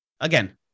again